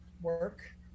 work